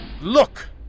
Look